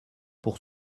pour